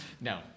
No